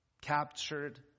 captured